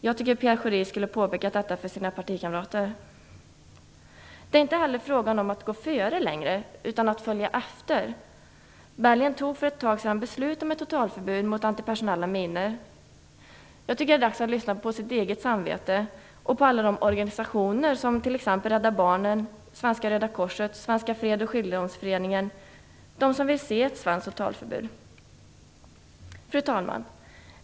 Jag tycker att Pierre Schori skulle ha påpekat detta för sina partikamrater. Det är inte heller fråga om att gå före längre, utan att följa efter. Belgien fattade för ett tag sedan beslut om ett totalförbud mot antipersonella minor. Jag tycker att det är dags att lyssna på sitt eget samvete och på alla de organisationer, t.ex. Rädda Barnen, Svenska röda korset, Svenska freds och skiljedomsföreningen, som vill se ett svenskt totalförbud. Fru talman!